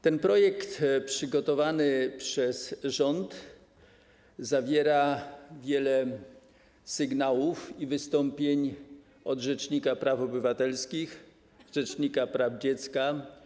Ten projekt ustawy przygotowany przez rząd uwzględnia wiele sygnałów i wystąpień rzecznika praw obywatelskich i rzecznika praw dziecka.